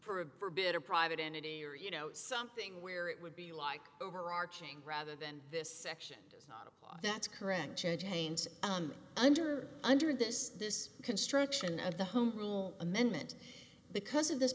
a private entity or you know something where it would be like overarching rather than this section that's correct judge ain't under under this this construction of the home rule amendment because of this